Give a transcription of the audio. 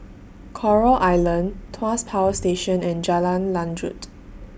Coral Island Tuas Power Station and Jalan Lanjut